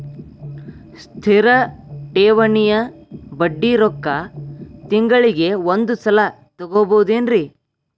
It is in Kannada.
ಸ್ಥಿರ ಠೇವಣಿಯ ಬಡ್ಡಿ ರೊಕ್ಕ ತಿಂಗಳಿಗೆ ಒಂದು ಸಲ ತಗೊಬಹುದೆನ್ರಿ?